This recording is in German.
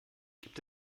gibt